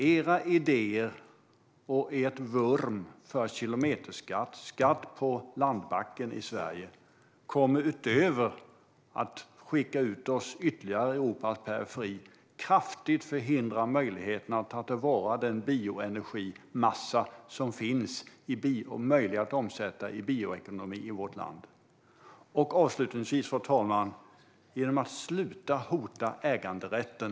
Era idéer och ert vurmande för kilometerskatt, skatt på landbacken, i Sverige kommer utöver att skicka ut oss ytterligare i Europas periferi att kraftigt förhindra möjligheten att ta till vara den bioenergimassa som finns och som är möjlig att omsätta i bioekonomi i vårt land. Avslutningsvis, fru talman, handlar det om att sluta att hota äganderätten.